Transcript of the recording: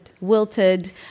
wilted